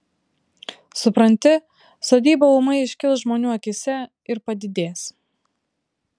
supranti sodyba ūmai iškils žmonių akyse ir padidės